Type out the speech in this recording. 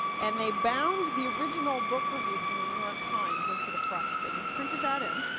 and they bound the original book review from the new york times into the front. they just printed that in,